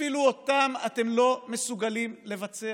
אפילו אותן אתם לא מסוגלים לבצע.